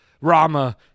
Rama